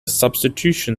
substitution